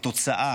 כתוצאה